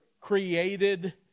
created